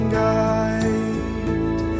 guide